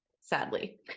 sadly